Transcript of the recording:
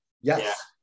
Yes